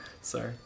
sorry